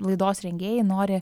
laidos rengėjai nori